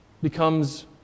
becomes